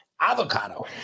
Avocado